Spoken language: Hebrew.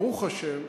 ברוך השם,